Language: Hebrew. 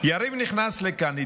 יריב נכנס לכאן.